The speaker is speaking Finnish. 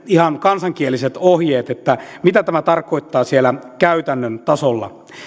ihan kansankieliset ohjeet selkosuomella mitä tämä tarkoittaa siellä käytännön tasolla